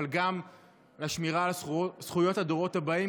אבל גם בשמירה על זכויות הדורות הבאים,